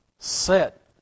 Set